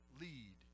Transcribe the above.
lead